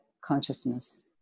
consciousness